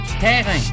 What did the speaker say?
terrain